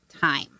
time